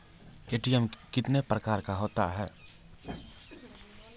ATM कितने प्रकार का होता हैं?